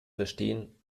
verstehen